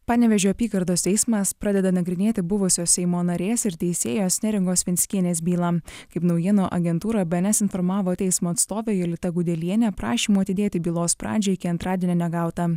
panevėžio apygardos teismas pradeda nagrinėti buvusio seimo narės ir teisėjos neringos venckienės bylą kaip naujienų agentūrą bns informavo teismo atstovė jolita gudelienė prašymų atidėti bylos pradžią iki antradienio negauta